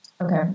Okay